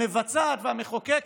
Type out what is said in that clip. המבצעת והמחוקקת?